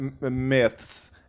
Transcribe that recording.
myths